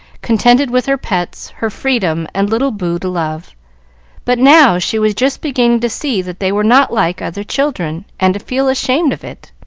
contented with her pets, her freedom, and little boo to love but now she was just beginning to see that they were not like other children, and to feel ashamed of it.